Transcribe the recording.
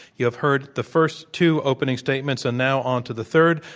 you have heard the first two opening statements and now on to the third.